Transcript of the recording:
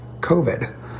COVID